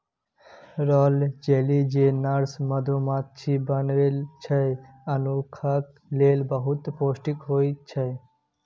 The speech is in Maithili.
रॉयल जैली जे नर्स मधुमाछी बनबै छै मनुखक लेल बहुत पौष्टिक होइ छै